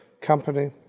company